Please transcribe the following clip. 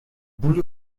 schule